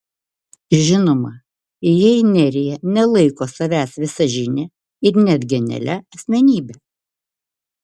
žinoma jei nerija nelaiko savęs visažine ir net genialia asmenybe